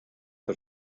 der